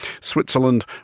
Switzerland